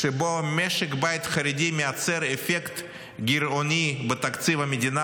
שבו משק בית חרדי מייצר אפקט גירעוני בתקציב המדינה,